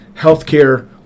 healthcare